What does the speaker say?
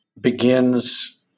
begins